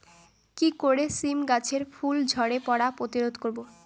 কি করে সীম গাছের ফুল ঝরে পড়া প্রতিরোধ করব?